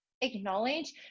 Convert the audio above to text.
Acknowledge